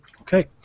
Okay